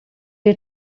you